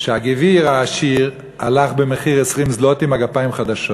שהגביר העשיר הלך עם מגפיים חדשים